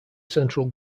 central